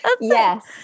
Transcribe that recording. Yes